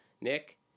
Nick